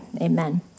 amen